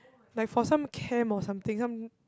like for some camp or something some